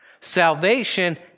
Salvation